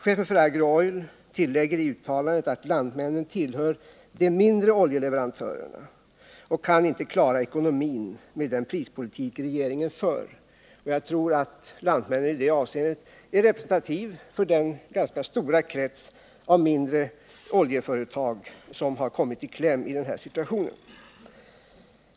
Chefen för Agro Oil tillägger i uttalandet att Lantmännen tillhör de mindre oljeleverantörerna och att man inte kan klara ekonomin med den prispolitik regeringen för. Jag tror att Lantmännen i det avseendet är en sammanslutning som är representativ för den ganska stora krets av mindre oljeföretag som har kommit i kläm i den här situationen.